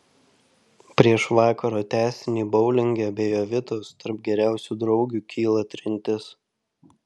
prieš vakaro tęsinį boulinge be jovitos tarp geriausių draugių kyla trintis